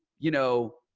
you know,